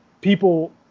people